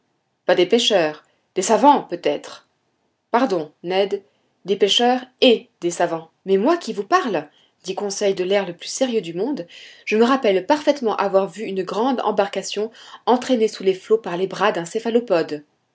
pas des pêcheurs des savants peut-être pardon ned des pêcheurs et des savants mais moi qui vous parle dit conseil de l'air le plus sérieux du monde je me rappelle parfaitement avoir vu une grande embarcation entraînée sous les flots par les bras d'un céphalopode